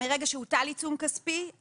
מרגע שהוטל עיצום כספי,